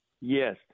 Yes